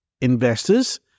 investors